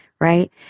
right